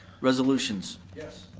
resolutions. yes.